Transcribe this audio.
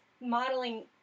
modeling